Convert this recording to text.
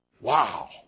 Wow